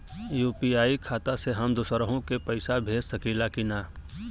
UPI खाता से हम दुसरहु के पैसा भेज सकीला की ना?